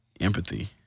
empathy